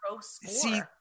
See